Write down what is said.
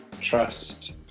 Trust